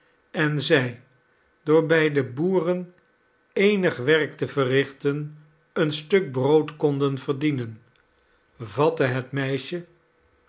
en zij door bij de boeren eenig werk te verrichten een stuk brood konden verdienen vatte het meisje